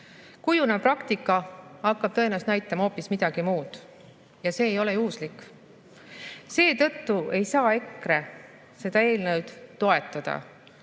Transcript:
Kujunev praktika hakkab tõenäoliselt näitama hoopis midagi muud ja see ei ole juhuslik. Seetõttu ei saa EKRE seda eelnõu toetada,